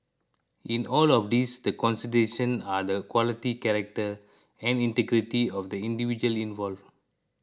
in all of these the consideration are the quality character and integrity of the individuals involved